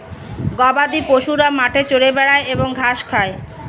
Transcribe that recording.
গবাদিপশুরা মাঠে চরে বেড়ায় এবং ঘাস খায়